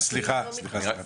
סליחה, לא להפריע.